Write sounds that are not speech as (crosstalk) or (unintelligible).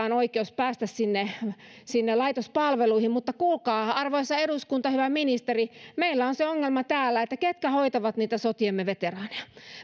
(unintelligible) on oikeus päästä laitospalveluihin mutta kuulkaa arvoisa eduskunta hyvä ministeri meillä on se ongelma täällä että ketkä hoitavat niitä sotiemme veteraaneja